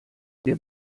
wir